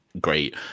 great